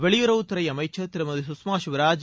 வெளியுறவுத்துறை அமைச்சர் திருமதி சுஷ்மா ஸ்வராஜ்